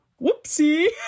whoopsie